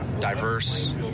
diverse